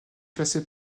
classés